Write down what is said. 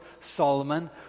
Solomon